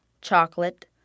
chocolate